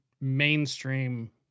mainstream